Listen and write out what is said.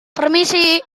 permisi